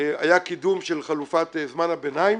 היה קידום של חלופת זמן הביניים.